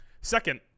second